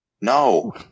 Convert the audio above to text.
No